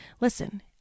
listen